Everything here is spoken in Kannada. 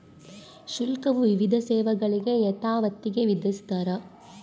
ಶುಲ್ಕವು ವಿವಿಧ ಸೇವೆಗಳಿಗೆ ಯಥಾವತ್ತಾಗಿ ವಿಧಿಸ್ತಾರ